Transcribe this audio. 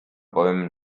bäumen